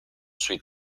sui